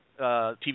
TV